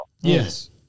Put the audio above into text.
Yes